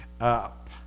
up